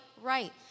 right